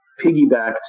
piggybacked